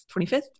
25th